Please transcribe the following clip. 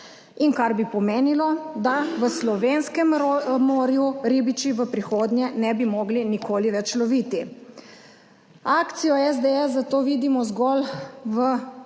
In kar bi pomenilo, da v slovenskem morju ribiči v prihodnje ne bi mogli nikoli več loviti. Akcijo SDS zato vidimo zgolj v luči